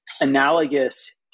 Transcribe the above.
analogous